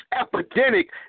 epidemic